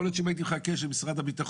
יכול להיות שאם הייתי מחכה שמשרד הביטחון